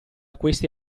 queste